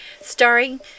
Starring